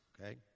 okay